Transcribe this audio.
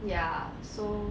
ya so